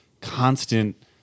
constant